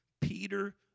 Peter